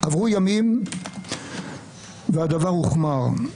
עברו ימים והדבר הוחמר.